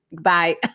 Bye